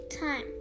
time